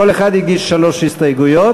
כל אחד הגיש שלוש הסתייגויות,